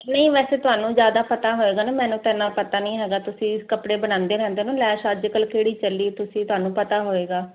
ਨਹੀਂ ਵੈਸੇ ਤੁਹਾਨੂੰ ਜਿਆਦਾ ਪਤਾ ਹੋਏਗਾ ਨਾ ਮੈਨੂੰ ਤੇ ਐਨਾ ਪਤਾ ਨਹੀਂ ਹੈਗਾ ਤੁਸੀਂ ਇਸ ਕੱਪੜੇ ਬਣਾਉਂਦੇ ਰਹਿੰਦੇ ਹੋ ਲੈ ਅੱਜਕੱਲ ਕਿਹੜੀ ਚੱਲੀ ਤੁਸੀਂ ਤੁਹਾਨੂੰ ਪਤਾ ਹੋਏਗਾ